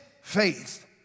faith